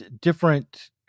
different